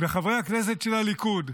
וחברי הכנסת של הליכוד,